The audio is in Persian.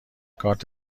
کارت